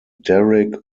derek